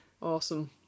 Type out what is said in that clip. awesome